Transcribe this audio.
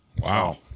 Wow